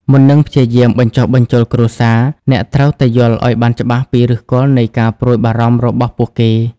មុននឹងព្យាយាមបញ្ចុះបញ្ចូលគ្រួសារ អ្នកត្រូវតែយល់ឲ្យបានច្បាស់ពីឫសគល់នៃការព្រួយបារម្ភរបស់ពួកគេ។